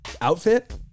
outfit